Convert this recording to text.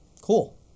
cool